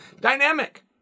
dynamic